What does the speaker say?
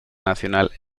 nacional